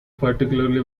particularly